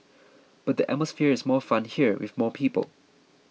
but the atmosphere is more fun here with more people